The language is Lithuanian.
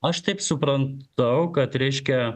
aš taip supratau kad reiškia